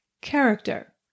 character